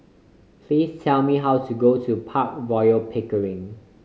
please tell me how to go to Park Royal On Pickering